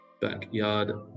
backyard